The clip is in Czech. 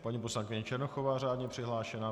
Paní poslankyně Černochová, řádně přihlášená.